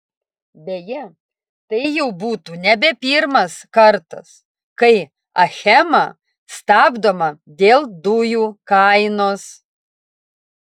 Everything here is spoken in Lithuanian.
beje tai jau būtų nebe pirmas kartas kai achema stabdoma dėl dujų kainos